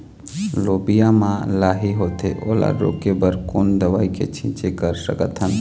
लोबिया मा लाही होथे ओला रोके बर कोन दवई के छीचें कर सकथन?